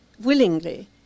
willingly